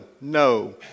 no